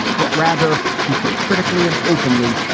but rather to think critically and openly,